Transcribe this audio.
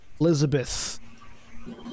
Elizabeth